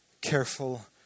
careful